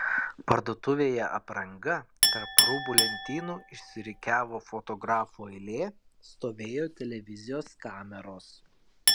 parduotuvėje apranga tarp rūbų lentynų išsirikiavo fotografų eilė stovėjo televizijos kameros